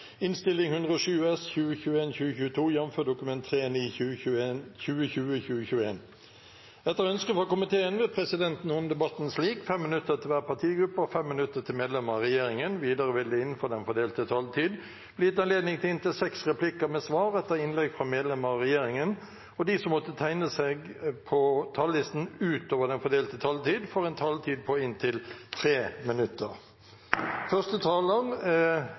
minutter til medlemmer av regjeringen. Videre vil det – innenfor den fordelte taletid – bli gitt anledning til inntil seks replikker med svar etter innlegg fra medlemmer av regjeringen, og de som måtte tegne seg på talerlisten utover den fordelte taletid, får en taletid på inntil 3 minutter.